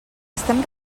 estem